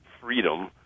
freedom